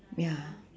ya